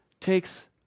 takes